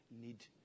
need